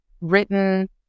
written